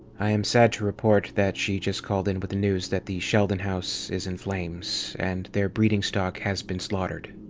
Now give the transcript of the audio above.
i am sad to report that she just called in with the news that the sheldon house is in flames, and their breeding stock has been slaughtered.